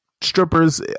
strippers